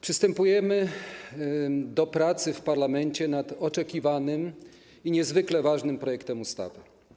Przystępujemy do pracy w parlamencie nad oczekiwanym i niezwykle ważnym projektem ustawy.